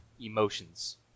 emotions